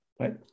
Right